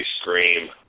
scream